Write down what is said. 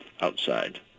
outside